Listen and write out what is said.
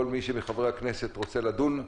כל מי מחברי הכנסת שרוצה לדון,